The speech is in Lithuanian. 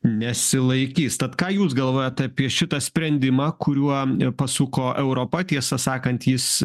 nesilaikys tad ką jūs galvojat apie šitą sprendimą kuriuo pasuko europa tiesą sakant jis